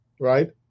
right